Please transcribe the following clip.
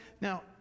now